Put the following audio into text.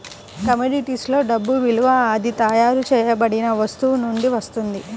కమోడిటీస్లో డబ్బు విలువ అది తయారు చేయబడిన వస్తువు నుండి వస్తుంది